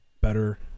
better